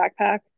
backpack